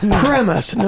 premise